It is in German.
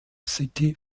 city